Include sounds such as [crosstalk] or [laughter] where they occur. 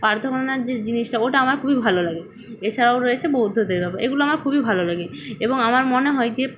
প্রার্থনার যে জিনিসটা ওটা আমার খুবই ভালো লাগে এছাড়াও রয়েছে বৌদ্ধদের [unintelligible] এগুলো আমার খুবই ভালো লাগে এবং আমার মনে হয় যে